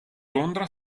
londra